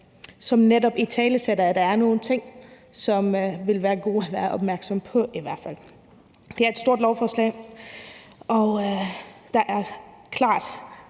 som netop italesætter, at der er nogle ting, som ville være gode i hvert fald at være opmærksom på. Det er et stort lovforslag, og der er klart